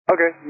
Okay